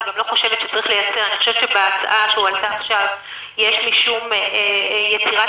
אני חושבת שבהצעה שהועלתה עכשיו יש משום יצירת